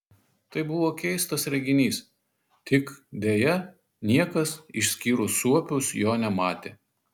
tai buvo keistas reginys tik deja niekas išskyrus suopius jo nematė